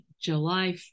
July